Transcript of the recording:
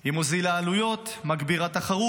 היא מורידה עלויות, מגבירה תחרות,